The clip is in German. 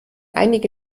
einige